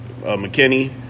McKinney